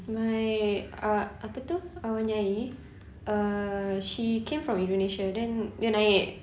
my uh apa itu arwah nyai uh she came from indonesia then dia naik